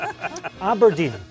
Aberdeen